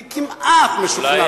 אני כמעט משוכנע בכך.